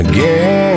Again